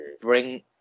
bring